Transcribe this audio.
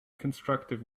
constructive